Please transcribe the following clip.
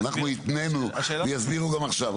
אנחנו התנינו, ויסבירו גם עכשיו.